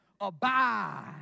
abide